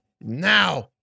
Now